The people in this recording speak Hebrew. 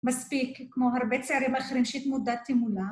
מספיק, כמו הרבה צערים אחרים שהתמודדתי מולם.